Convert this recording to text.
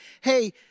hey